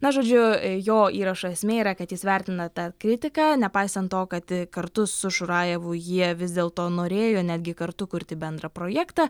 na žodžiu jo įrašo esmė yra kad jis vertina tą kritiką nepaisant to kad kartu su šurajevu jie vis dėlto norėjo netgi kartu kurti bendrą projektą